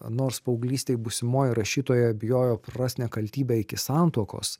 nors paauglystėj būsimoji rašytoja bijojo prarast nekaltybę iki santuokos